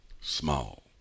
small